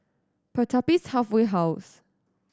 Pertapis Halfway House